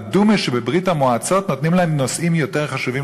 בדומה שבברית-המועצות נותנים להם נושאים יותר חשובים